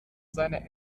seine